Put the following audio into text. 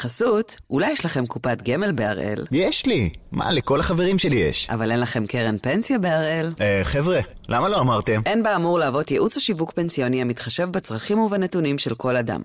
בחסות, אולי יש לכם קופת גמל ב-RL? יש לי! מה, לכל החברים שלי יש. אבל אין לכם קרן פנסיה ב-RL? אה, חבר'ה, למה לא אמרתם? אין באמור להוות ייעוץ או שיווק פנסיוני המתחשב בצרכים ובנתונים של כל אדם.